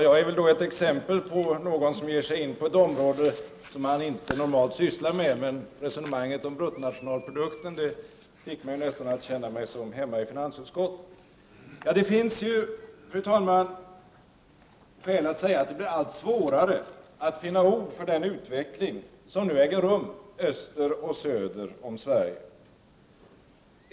Fru talman! Jag ger mig här in på ett område som jag inte normalt sysslar med. Resonemanget om bruttonationalprodukten fick mig dock nästan att känna mig som hemma i finansutskottet. Fru talman! Det blir allt svårare att finna ord för den utveckling som äger rum öster och söder om Sverige.